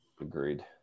Agreed